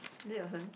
is it your turn